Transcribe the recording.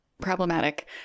problematic